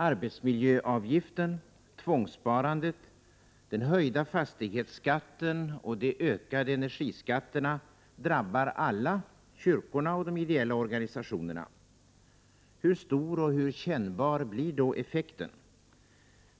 Arbetsmiljöavgiften, tvångssparandet, den höjda fastighetsskatten och de ökade energiskatterna drabbar alla kyrkorna och de ideella organisationerna. Hur stor och hur kännbar blir då effekten?